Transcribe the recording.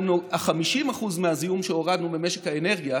50% מהזיהום שהורדנו ממשק האנרגיה,